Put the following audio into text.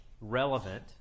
relevant